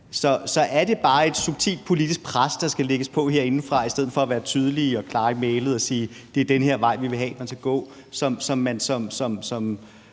så er det bare et substantielt politisk pres, der skal lægges herindefra, i stedet for at vi er tydelige og klare i mælet og siger, at det er den her vej, vi vil have man skal gå? Er det noget,